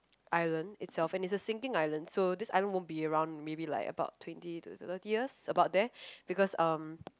island itself and it's a sinking island so this island won't be around maybe like about twenty to thirty years about there because um